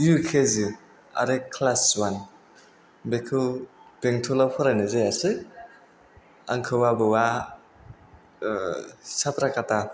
U के जि आरो क्लास अवान बेखौ बेंतलआव फरायनाय जायासै आंखौ आबौआ साफ्राखाथा